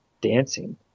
dancing